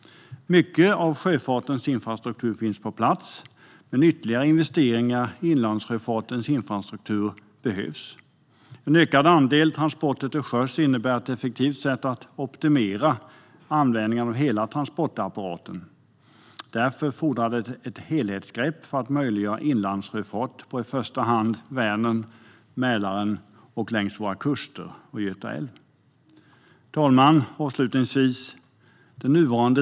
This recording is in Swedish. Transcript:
Mycket av sjöfartens infrastruktur finns på plats, men ytterligare investeringar i inlandssjöfartens infrastruktur behövs. En ökad andel transporter till sjöss innebär ett effektivt sätt att optimera användningen av hela transportapparaten. Därför fordras det ett helhetsgrepp för att möjliggöra inlandssjöfart på i första hand Vänern, Mälaren, Göta älv och längs våra kuster. Herr talman!